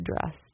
dressed